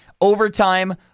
Overtime